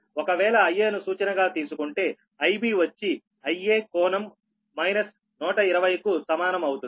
ఒకవేళ Ia ను సూచన గా తీసుకుంటే Ib వచ్చి Ia కోణం 120 కు సమానం అవుతుంది